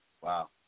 Wow